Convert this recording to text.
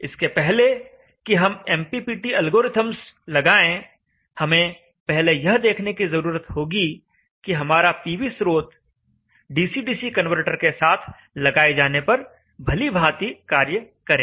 इसके पहले कि हम एमपीपीटी अल्गोरिथ्म्स लगाएं हमें पहले यह देखने की जरूरत होगी कि हमारा पीवी स्रोत डीसी डीसी कनवर्टर के साथ लगाए जाने पर भली भांति कार्य करे